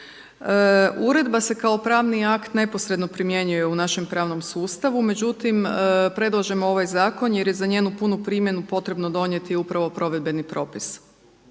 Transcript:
Uredba se kao pravni akt neposredno primjenjuje u našem pravnom sustavu, međutim, predlažemo ovaj zakon jer je za njenu punu primjenu potrebno donijeti upravo provedbeni propis.